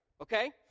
Okay